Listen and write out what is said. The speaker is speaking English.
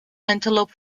antelope